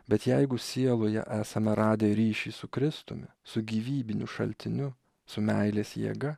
bet jeigu sieloje esame radę ryšį su kristumi su gyvybiniu šaltiniu su meilės jėga